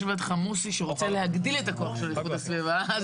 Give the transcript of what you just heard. ויושב לידך מוסי שרוצה להגדיל את הכוח של איכות הסביבה.